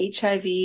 HIV